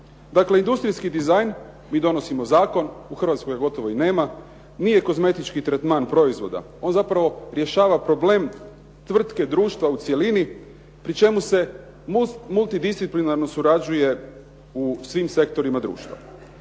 Dakle, industrijski dizajn, mi donosimo zakon, u Hrvatskoj ga gotovo i nema, nije kozmetički tretman proizvoda, on zapravo rješava problem tvrtke društva u cjelini pri čemu se multidisciplinarno surađuje u svim sektorima društva.